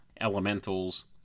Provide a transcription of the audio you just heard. elementals